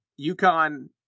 UConn